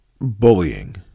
Bullying